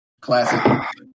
Classic